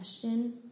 question